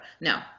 No